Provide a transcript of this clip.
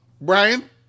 Brian